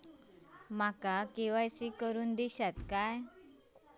माका के.वाय.सी करून दिश्यात काय?